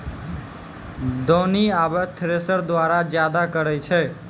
दौनी आबे थ्रेसर द्वारा जादा करै छै